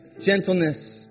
gentleness